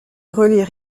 relire